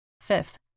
Fifth